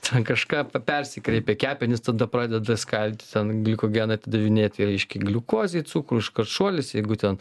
ten kažką persikreipia kepenys tada pradeda skaldyti ten glikogeną atidavinėti reiškia gliukozei cukrų iškart šuolis jeigu ten